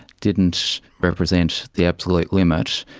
didn't represent the absolute limit,